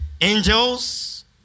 Angels